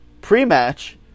pre-match